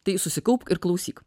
tai susikaupk ir klausyk